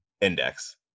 index